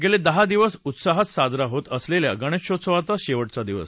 गेले दहा दिवस उत्साहात साजरा होत असलेल्या गणेशोत्सवाचा शेव ड्डा दिवस